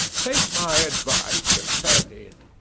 take my advice and turn in.